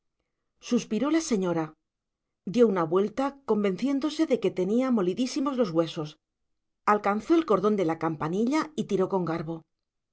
suspiró la señora dio una vuelta convenciéndose de que tenía molidísimos los huesos alcanzó el cordón de la campanilla y tiró con garbo